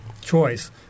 choice